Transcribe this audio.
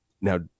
Now